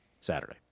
Saturday